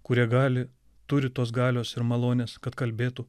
kurie gali turi tos galios ir malonės kad kalbėtų